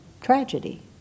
tragedy